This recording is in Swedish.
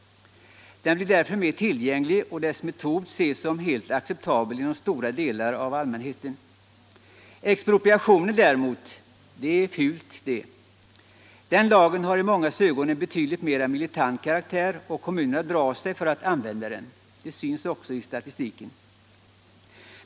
Den blir därför mer tillgänglig, och dess metod ses som helt acceptabel inom stora delar av allmänheten. Expropriation däremot, det är fult det. Den lagen har i mångas ögon en betydligt mer militant karaktär, och kommunerna drar sig för att använda den. Det syns också i statistiken.